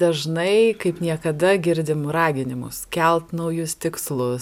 dažnai kaip niekada girdim raginimus kelti naujus tikslus